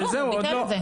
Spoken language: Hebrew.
כלום, הוא ביטל את זה.